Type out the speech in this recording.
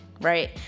right